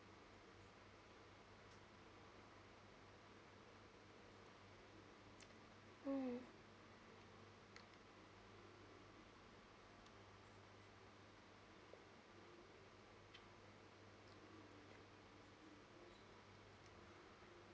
mm